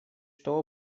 что